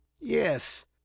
yes